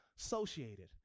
associated